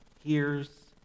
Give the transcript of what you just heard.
hears